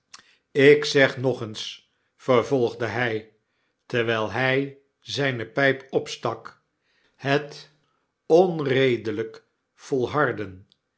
ik zeg nog eens vervolgde hy terwyl hy zyne pyp opstak h het onredelyk volharden